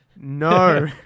No